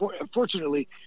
unfortunately